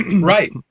right